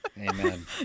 amen